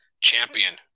champion